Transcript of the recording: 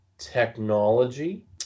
technology